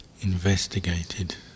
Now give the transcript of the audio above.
investigated